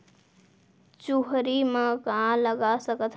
चुहरी म का लगा सकथन?